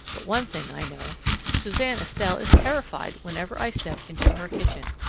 but one thing i know suzanne estelle is terrified whenever i step into her kitchen.